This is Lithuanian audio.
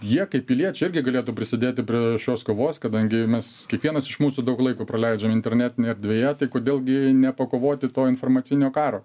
jie kaip piliečiai irgi galėtų prisidėti prie šios kovos kadangi mes kiekvienas iš mūsų daug laiko praleidžiam internetinėj erdvėje tai kodėl gi nepakovoti to informacinio karo